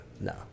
No